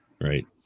Right